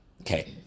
Okay